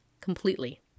completely